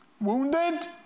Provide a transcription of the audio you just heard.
Wounded